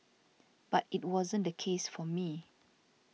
but it wasn't the case for me